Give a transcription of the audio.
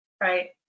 Right